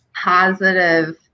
positive